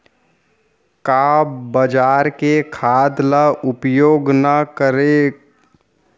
का बजार के खाद ला उपयोग न करके हमन ल घर के बने खाद के उपयोग ल कर सकथन?